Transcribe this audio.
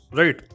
right